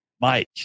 Mike